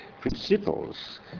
principles